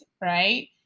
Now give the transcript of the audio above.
right